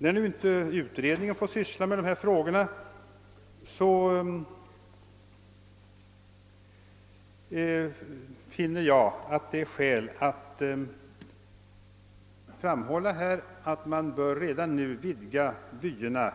När nu inte utredningen får syssla med dessa frågor, så finner jag att det är skäl att framhålla att man redan nu bör vidga vyerna